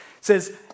says